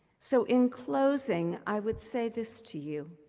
so in closing, i would say this to you.